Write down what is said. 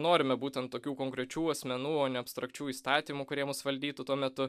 norime būtent tokių konkrečių asmenų o ne abstrakčių įstatymų kurie mus valdytų tuo metu